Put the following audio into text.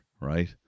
right